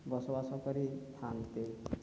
ବସବାସ କରିଥାନ୍ତି